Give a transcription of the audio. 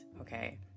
Okay